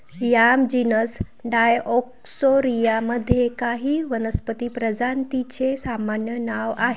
yam genus Dioscorea मध्ये काही वनस्पती प्रजातींचे सामान्य नाव आहे